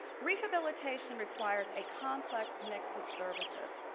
rehabilitation requires a complex mix of services.